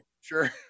Sure